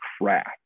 crap